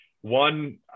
one